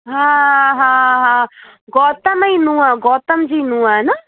हा हा हा गौतम जी नुंहुं गौतम जी नुंहुं आहे न